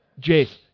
Jace